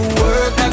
work